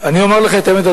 אני אומר לך את האמת,